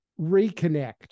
reconnect